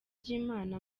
ry’imana